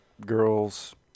Girls